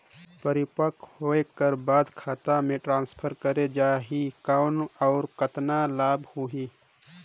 परिपक्व होय कर बाद खाता मे ट्रांसफर करे जा ही कौन और कतना लाभ होही?